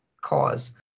cause